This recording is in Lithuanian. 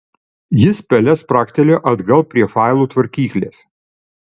jis pele spragtelėjo atgal prie failų tvarkyklės